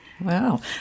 Wow